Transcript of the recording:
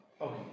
Okay